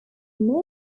many